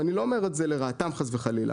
ואני לא אומר את זה לרעתם חס וחלילה,